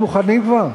אתם מוכנים כבר?